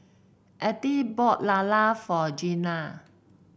Althea bought lala for Jenna